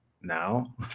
now